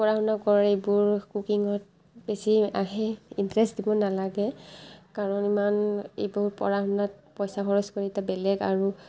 পঢ়া শুনা কৰ এইবোৰ কুকিঙত বেছি আহে ইণ্টাৰেষ্ট দিব নালাগে কাৰণ ইমান এইবোৰ পঢ়া শুনাত পইচা খৰচ কৰি এতিয়া বেলেগ আৰু